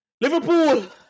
Liverpool